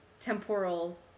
temporal